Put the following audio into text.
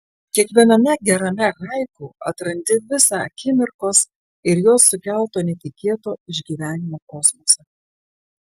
kiekviename gerame haiku atrandi visą akimirkos ir jos sukelto netikėto išgyvenimo kosmosą